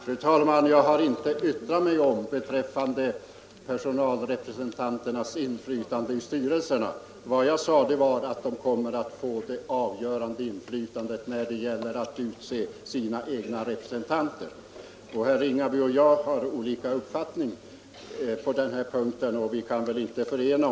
Fru talman! Jag har inte yttrat mig om personalrepresentanternas inflytande i styrelserna. Vad jag sade var att organisationerna kommer att få det avgörande inflytandet när det gäller att utse de egna representanterna. Herr Ringaby och jag har olika uppfattningar på den här punkten, och vi kan väl inte bli eniga.